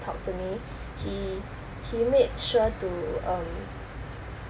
talked to me he he made sure to um